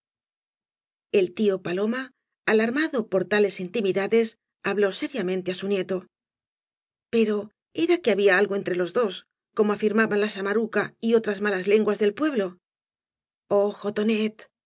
el tio paloma alarmado por tales intimidades habló seriamente á su nieto pero era que habla algo entre los dos como afirmaban la samaruca y otras malas lenguas del pueble ojo tonet